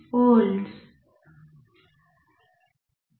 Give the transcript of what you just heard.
28V